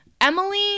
Emily